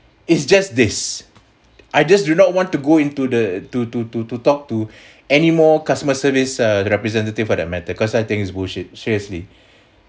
it's just this I just do not want to go into the to to to to talk to any more customer service err representative for that matter cause I think it's bullshit seriously